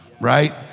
right